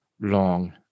long